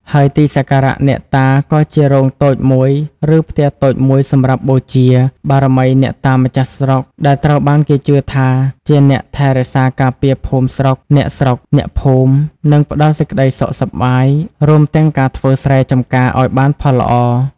ហើយទីសក្ការៈអ្នកតា ក៏ជារោងតូចមួយ ឬផ្ទះតូចមួយសម្រាប់បូជា បារមីអ្នកតាម្ចាស់ស្រុក ដែលត្រូវបានគេជឿថាជាអ្នកថែរក្សាការពារភូមិស្រុក អ្នកស្រុក អ្នកភូមិ និងផ្តល់សេចក្តីសុខសប្បាយ រួមទាំងការធ្វើស្រែចម្ការឱ្យបានផលល្អ។